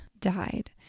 died